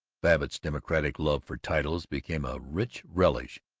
babbitt's democratic love for titles became a rich relish.